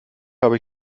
habe